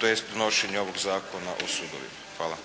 tj. donošenje ovog Zakona o sudovima. Hvala.